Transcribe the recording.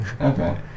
Okay